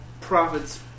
prophets